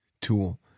tool